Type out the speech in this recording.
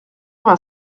vingt